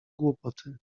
głupoty